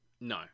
No